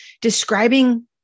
describing